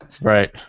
Right